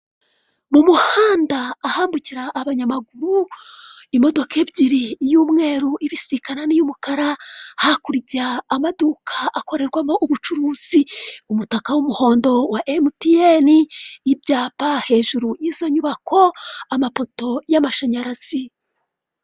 Mu muhanda ahambukira abanyamaguru, imidoka ebyiri y'umweru ibisikana n'iy'umukara, hakurya amaduka akorerwamo ubucuruzi, umutaka w'umuhondo wa MTN, ibyapa hejuru y'izo nyubako, amapoto y'amashanyarazi.